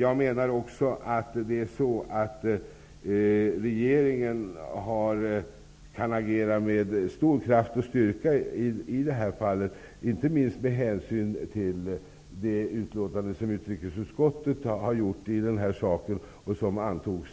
Jag menar att regeringen kan agera med stor kraft och styrka i det här fallet, inte minst med hänsyn till det betänkande från utrikesutskottet som antogs